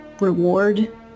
reward